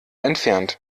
entfernt